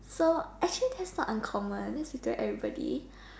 so actually that's not uncommon that's with everybody